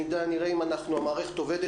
ניתן לחבר כנסת ולאחד המוזמנים,